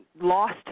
lost